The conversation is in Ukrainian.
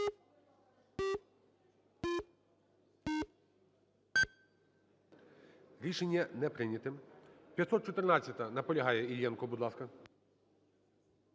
Рішення не прийняте. 514-а. Наполягає. Іллєнко, будь ласка.